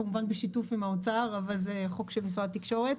כמובן בשיתוף עם האוצר אבל זה חוק של משרד התקשורת.